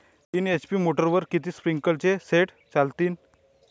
तीन एच.पी मोटरवर किती स्प्रिंकलरचे सेट चालतीन?